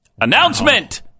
Announcement